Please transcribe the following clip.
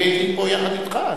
אני הייתי פה יחד אתך.